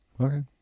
Okay